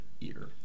ear